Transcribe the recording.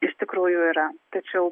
iš tikrųjų yra tačiau